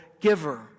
giver